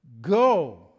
go